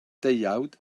deuawd